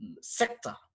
sector